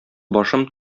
башым